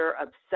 obsessed